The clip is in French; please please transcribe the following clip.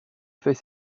fait